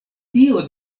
tio